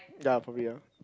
ya probably ah